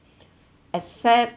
except